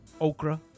Okra